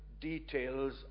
details